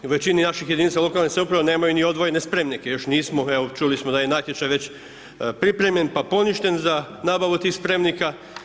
I u većini naših jedinica lokalne samouprave nemaju ni odvojene spremnike, još nismo, evo čuli smo da je i natječaj već pripremljen pa poništen za nabavu tih spremnika.